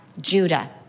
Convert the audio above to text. Judah